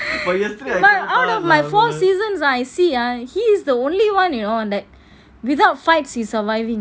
my out of my four seasons I see ah he's the only one you know that without fights he surviving